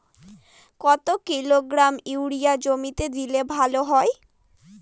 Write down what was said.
কত kilogram urea জমিতে দিলে ভালো হয়?